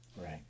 Right